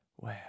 Wow